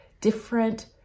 different